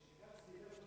אדוני היושב-ראש,